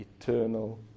eternal